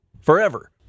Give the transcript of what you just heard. Forever